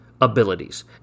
abilities